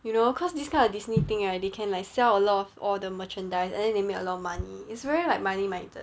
you know cause this kind of Disney thing right they can like sell a lot of all the merchandise and them they make a lot of money it's very like money-minded